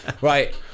Right